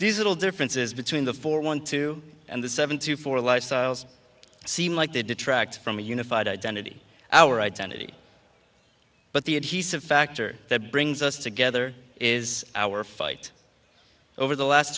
these little differences between the four one two and the seven to four lifestyles seem like they detract from a unified identity our identity but the adhesive factor that brings us together is our fight over the last